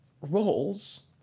roles